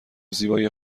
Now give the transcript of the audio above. زیبایی